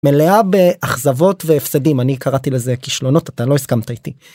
מלאה באכזבות והפסדים אני קראתי לזה כשלונות אתה לא הסכמת איתי.